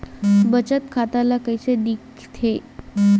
बचत खाता ला कइसे दिखथे?